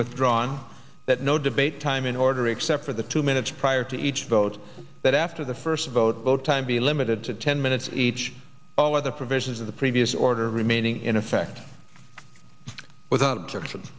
withdrawn that no debate time in order except for the two minutes prior to each vote that after the first vote vote time be limited to ten minutes each other provisions of the previous order remaining in effect without objection